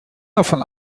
davon